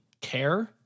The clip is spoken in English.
care